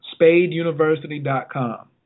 spadeuniversity.com